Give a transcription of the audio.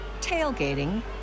tailgating